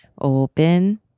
Open